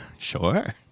Sure